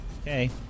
Okay